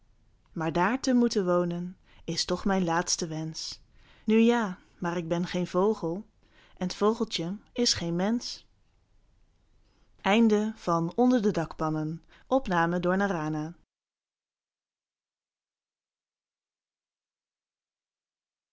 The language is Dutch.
maar daar te moeten wonen is toch mijn laatste wensch nu ja maar k ben geen vogel en t vogeltje is geen mensch